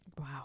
Wow